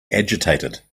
agitated